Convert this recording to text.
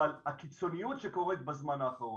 אבל, הקיצוניות שקוראת בזמן האחרון,